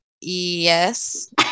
yes